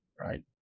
Right